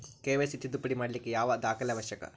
KYC ತಿದ್ದುಪಡಿ ಮಾಡ್ಲಿಕ್ಕೆ ಯಾವ ದಾಖಲೆ ಅವಶ್ಯಕ?